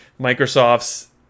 Microsoft's